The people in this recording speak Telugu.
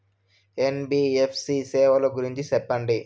ఎన్.బి.ఎఫ్.సి సేవల గురించి సెప్పండి?